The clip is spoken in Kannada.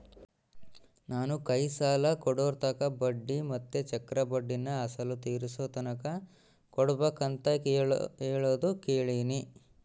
ನಾನು ಕೈ ಸಾಲ ಕೊಡೋರ್ತಾಕ ಬಡ್ಡಿ ಮತ್ತೆ ಚಕ್ರಬಡ್ಡಿನ ಅಸಲು ತೀರಿಸೋತಕನ ಕೊಡಬಕಂತ ಹೇಳೋದು ಕೇಳಿನಿ